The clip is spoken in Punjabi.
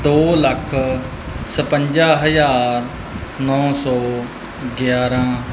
ਦੋ ਲੱਖ ਛਪੰਜਾ ਹਜ਼ਾਰ ਨੌ ਸੌ ਗਿਆਰਾਂ